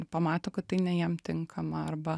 pamato kad tai ne jiem tinkama arba